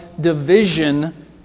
division